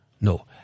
No